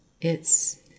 It's